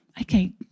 Okay